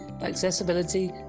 accessibility